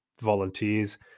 volunteers